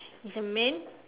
is a man